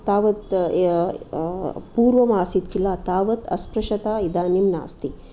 तावत् य पूर्वमासीत् किल तावत् अस्पृशता इदानीं नास्ति